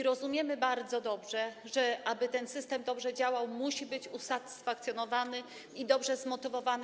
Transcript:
Rozumiemy bardzo dobrze, że aby ten system dobrze działał, nauczyciel musi być usatysfakcjonowany i dobrze zmotywowany.